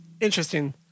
Interesting